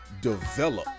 develop